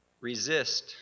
Resist